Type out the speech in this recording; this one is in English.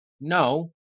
no